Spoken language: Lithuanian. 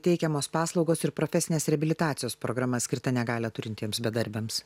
teikiamos paslaugos ir profesinės reabilitacijos programa skirta negalią turintiems bedarbiams